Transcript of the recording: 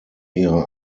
ihre